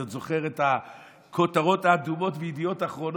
אני עוד זוכר את הכותרות האדומות בידיעות אחרונות,